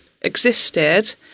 existed